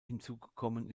hinzugekommen